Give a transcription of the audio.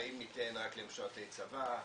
האם ניתן רק למשרתי צבא,